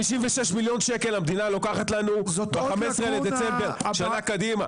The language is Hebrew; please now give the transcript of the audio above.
56,000,000 שקל המדינה לוקחת לנו ב-15 בדצמבר שנה קדימה.